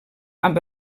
amb